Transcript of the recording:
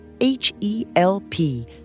H-E-L-P